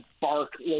bark